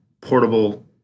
portable –